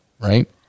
right